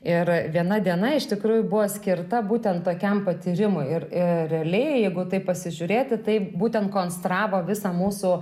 ir viena diena iš tikrųjų buvo skirta būtent tokiam patyrimui ir realiai jeigu taip pasižiūrėti tai būtent konstravo visą mūsų